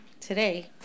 today